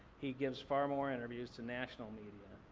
he gives far more interviews to national media.